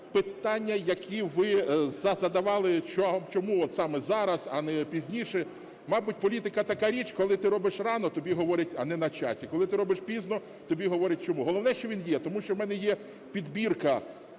питання, які ви задавали, чому от саме зараз, а не пізніше. Мабуть, політика така річ, коли ти робиш рано – тобі говорять, не на часі, коли ти робиш пізно – тобі говорять, чому. Головне, що він є, тому що в мене є підбірка